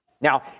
Now